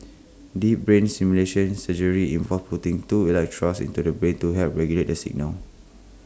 deep brain stimulation surgery involves putting two electrodes into the brain to help regulate the signals